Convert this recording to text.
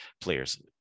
players